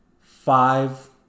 five